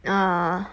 uh